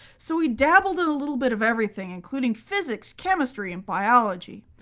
so he dabbled in a little bit of everything, including physics, chemistry and biology.